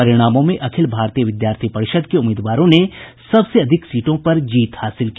परिणामों में अखिल भारतीय विद्यार्थी परिषद के उम्मीदवारों ने सबसे अधिक सीटों पर जीत हासिल की